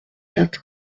quatre